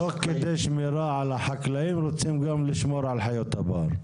תוך כדי שמירה על החקלאים רוצים גם לשמור על חיות הבר,